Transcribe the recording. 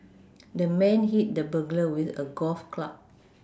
the man hit the burglar with a golf club